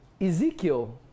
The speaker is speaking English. Ezekiel